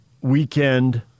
weekend